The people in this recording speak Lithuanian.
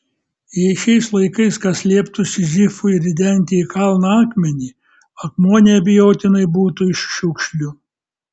jei šiais laikais kas lieptų sizifui ridenti į kalną akmenį akmuo neabejotinai būtų iš šiukšlių